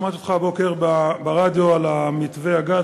שמעתי אותך הבוקר ברדיו על מתווה הגז,